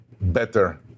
better